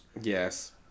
Yes